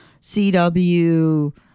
CW